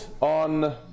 on